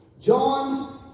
John